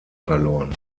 verloren